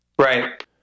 Right